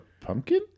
pumpkin